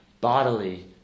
bodily